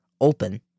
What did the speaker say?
open